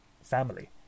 family